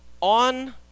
on